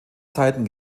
zeiten